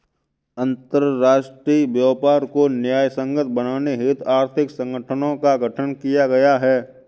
अंतरराष्ट्रीय व्यापार को न्यायसंगत बनाने हेतु आर्थिक संगठनों का गठन किया गया है